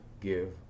give